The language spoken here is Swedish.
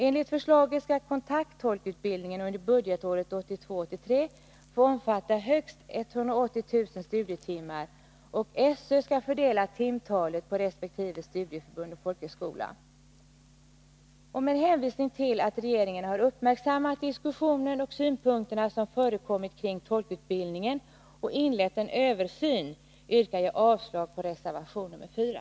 Enligt förslaget skall kontakttolkutbildningen under budgetåret 1982/83 få omfatta högst 180000 studietimmar, och SÖ skall fördela timtalet på resp. studieförbund och folkhögskola. Med hänvisning till att regeringen har uppmärksammat diskussionen och synpunkterna som förekommit kring tolkutbildningen och inlett en översyn yrkar jag avslag på reservation nr 4.